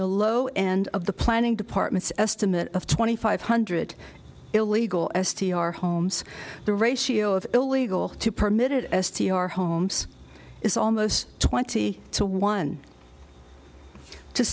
the low end of the planning departments estimate of twenty five hundred illegal s t r homes the ratio of illegal to permitted s t r homes is almost twenty to one to